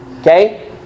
Okay